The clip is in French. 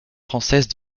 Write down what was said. française